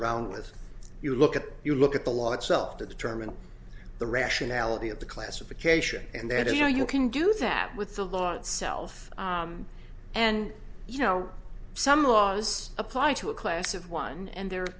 around with you look at you look at the law itself to determine the rationality of the classification and then you know you can do that with the law itself and you know some laws apply to a class of one and the